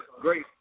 great